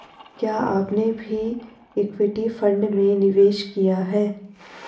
क्या आपने भी इक्विटी फ़ंड में निवेश किया है?